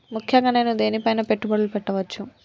ముఖ్యంగా నేను దేని పైనా పెట్టుబడులు పెట్టవచ్చు?